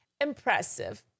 impressive